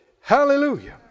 Hallelujah